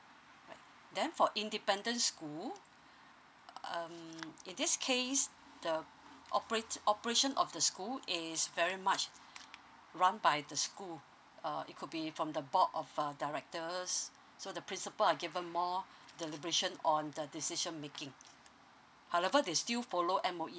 right then for independent school um in this case the operates operation of the school is very much run by the school err it could be from the board of err directors so the principal are given more deliberation on the decision making however they still follow M_O_E